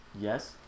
Yes